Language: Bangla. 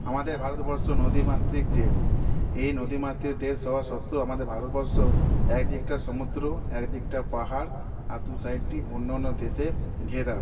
আমাদের ভারতবর্ষ নদীমাতৃক দেশ এই নদীমাতৃক দেশ হওয়া সত্ত্বেও আমাদের ভারতবর্ষ একদিকটা সমুদ্র একদিকটা পাহাড় আর দু সাইড দিয়ে অন্যান্য দেশে ঘেরা